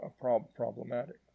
problematic